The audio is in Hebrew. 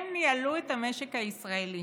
הם ניהלו את המשק הישראלי,